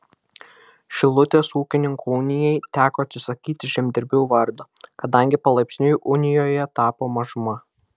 šilutės ūkininkų unijai teko atsisakyti žemdirbių vardo kadangi palaipsniui unijoje tapo mažuma